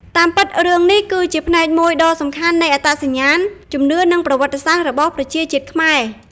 តាមពិត រឿងនេះគឺជា ផ្នែកមួយដ៏សំខាន់នៃអត្តសញ្ញាណ ជំនឿ និងប្រវត្តិសាស្ត្ររបស់ប្រជាជាតិខ្មែរ។